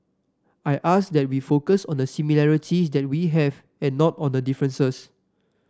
I ask that we focus on the similarities that we have and not on the differences